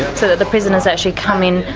so that the prisoners actually come in,